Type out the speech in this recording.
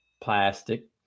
plastic